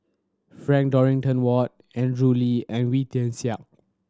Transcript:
Frank Dorrington Ward Andrew Lee and Wee Tian Siak